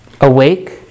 awake